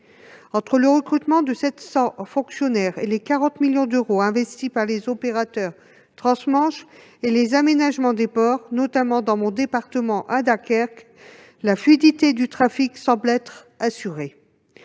Entre le recrutement de 700 fonctionnaires, les 40 millions d'euros investis par les opérateurs transmanche et les aménagements des ports, notamment dans mon département, à Dunkerque, la fluidité du trafic semble être assurée.